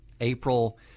April